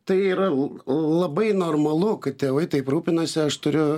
tai yra labai normalu kai tėvai taip rūpinasi aš turiu